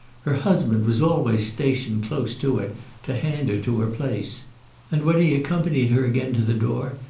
her husband was always stationed close to it to hand her to her place and when he accompanied her again to the door,